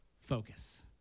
focus